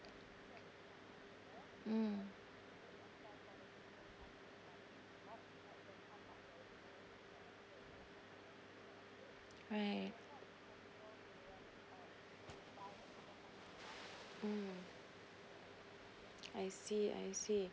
mm right mm I see I see